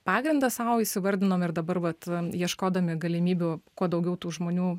pagrindą sau įsivardinom ir dabar vat ieškodami galimybių kuo daugiau tų žmonių